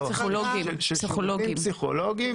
פסיכולוגיים.